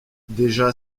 déjà